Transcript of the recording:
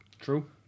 true